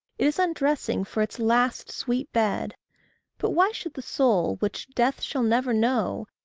it is undressing for its last sweet bed but why should the soul, which death shall never know,